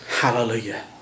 hallelujah